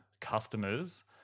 customers